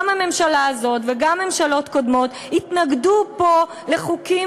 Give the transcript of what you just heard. גם הממשלה הזאת וגם ממשלות קודמות התנגדו פה לחוקים